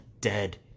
dead